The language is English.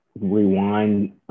rewind